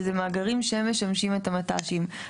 שזה מאגרים שמשמשים את המט"שים.